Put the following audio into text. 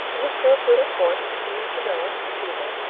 the historic little port between genoa and pisa,